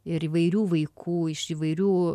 ir įvairių vaikų iš įvairių